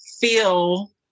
feel